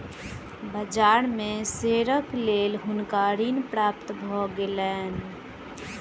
बाजार में शेयरक लेल हुनका ऋण प्राप्त भ गेलैन